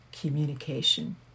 communication